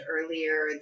earlier